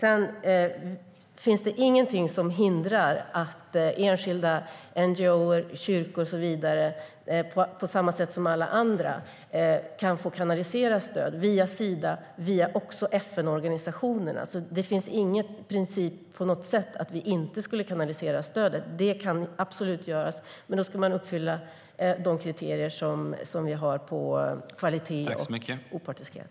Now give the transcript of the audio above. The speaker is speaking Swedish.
Det finns ingenting som hindrar att enskilda NGO:er, kyrkor och så vidare, på samma sätt som alla andra kan få kanaliserat stöd via Sida och även via FN-organisationerna. Det finns inte på något sätt någon princip för att vi inte skulle kanalisera stödet. Det kan absolut göras, men då ska man uppfylla de kriterier som vi har på kvalitet och opartiskhet.